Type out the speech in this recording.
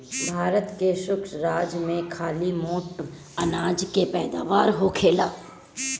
भारत के शुष्क राज में खाली मोट अनाज के पैदावार होखेला